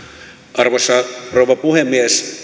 arvoisa rouva puhemies